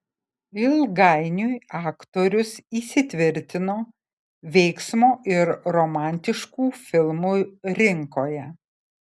ilgainiui aktorius įsitvirtino veiksmo ir romantiškų filmų rinkoje